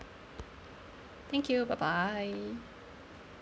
thank you bye bye